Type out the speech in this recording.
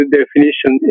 definition